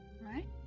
Right